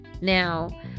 Now